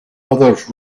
others